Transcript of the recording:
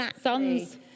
sons